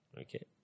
Okay